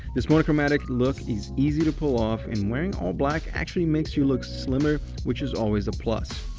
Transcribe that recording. this monochromatic look is easy to pull off, and wearing all black actually makes you look slimmer, which is always a plus.